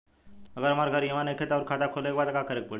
अगर हमार घर इहवा नईखे आउर खाता खोले के बा त का करे के पड़ी?